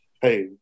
hey